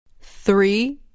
three